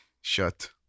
shut